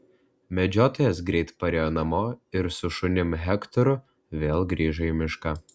medžiotojas greit parėjo namo ir su šunim hektoru vėl grįžo į mišką